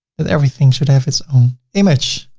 that everything should have its own image.